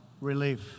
relief